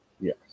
Yes